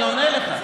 אני עונה לך.